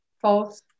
false